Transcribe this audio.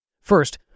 First